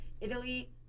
Italy